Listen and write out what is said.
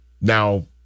Now